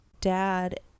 dad